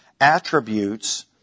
attributes